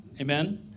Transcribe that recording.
Amen